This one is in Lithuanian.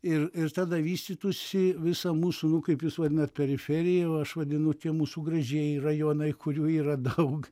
ir ir tada vystytųsi visa mūsų nu kaip jūs vadinate periferijų aš vadinu tie mūsų gražieji rajonai kurių yra daug